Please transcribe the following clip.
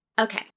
Okay